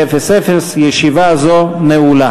כצפוי, מתנגדים או נמנעים.